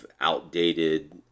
outdated